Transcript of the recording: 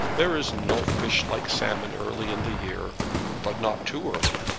there is no fish like salmon early in the year but not too early.